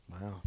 wow